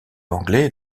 anglais